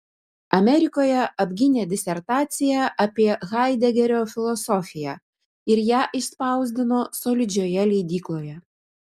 amerikoje apgynė disertaciją apie haidegerio filosofiją ir ją išspausdino solidžioje leidykloje